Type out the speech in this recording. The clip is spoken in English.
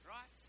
Right